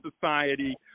society